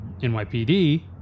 NYPD